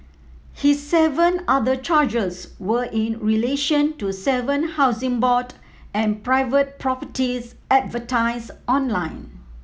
his seven other charges were in relation to seven Housing Board and private properties advertised online